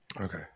Okay